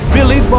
Billy